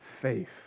faith